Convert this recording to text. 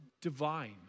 divine